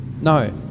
No